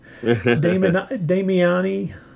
Damiani